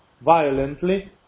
violently